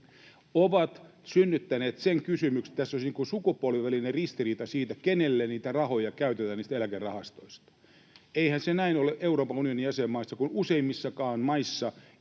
ovat synnyttäneet sen kysymyksen, että tässä olisi sukupolvien välinen ristiriita siitä, kenelle niitä rahoja käytetään niistä eläkerahastoista. Eihän se näin ole Euroopan unionin jäsenmaissa, kun useimmissakaan maissa